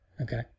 Okay